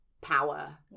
power